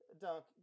dunk